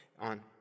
on